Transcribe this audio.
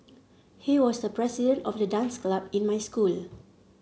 he was the president of the dance club in my school